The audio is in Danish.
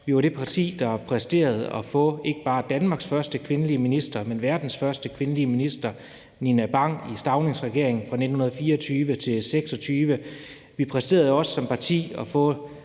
Vi var det parti, der præsterede at få ikke bare Danmarks første kvindelige minister, men verdens første kvindelige minister, Nina Bang, i Staunings regering fra 1924-1926. Vi præsterede også som parti at få